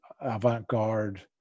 avant-garde –